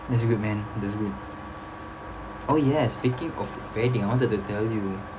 that's good man that's good oh yes speaking of wedding I wanted to tell you